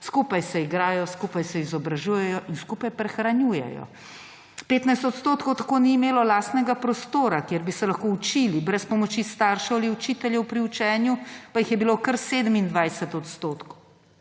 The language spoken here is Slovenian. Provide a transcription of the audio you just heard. skupaj se igrajo, skupaj se izobražujejo in skupaj prehranjujejo. 15 % tako ni imelo lastnega prostora, kjer bi se lahko učili, brez pomoč staršev ali učiteljev pri učenju pa jih je bilo kar 27 %.